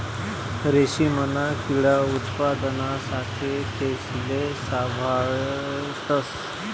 रेशीमना किडा उत्पादना साठे तेसले साभाळतस